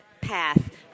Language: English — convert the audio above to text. path